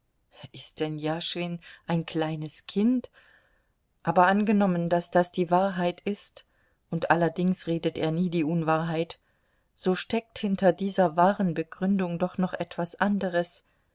ist denn jaschwin ein kleines kind aber angenommen daß das die wahrheit ist und allerdings redet er nie die unwahrheit so steckt hinter dieser wahren begründung doch noch etwas anderes